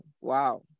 wow